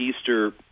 Easter